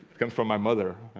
confirm my mother